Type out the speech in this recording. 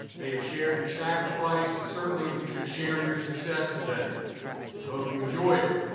they have shared your sacrifice and certainly should share in your success today. i hope you enjoy it.